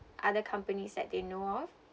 other companies that they know of